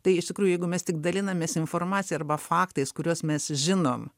tai iš tikrųjų jeigu mes tik dalinamės informacija arba faktais kuriuos mes žinom